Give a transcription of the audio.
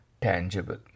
tangible